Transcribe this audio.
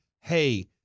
hey